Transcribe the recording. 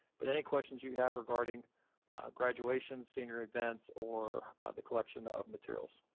but any questions you have regarding graduation, senior events or the collection of materials.